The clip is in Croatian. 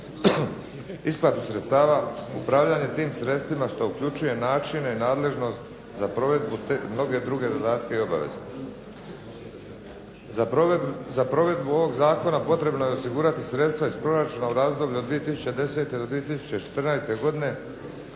isplatu sredstava, upravljanje tim sredstvima što uključuje načine i nadležnost za provedbu te mnoge druge dodatke i obaveze. Za provedbu ovog zakona potrebno je osigurati sredstva iz proračuna u razdoblju od 2010. do 2014. godine